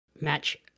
match